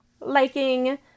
liking